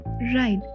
Right